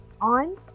On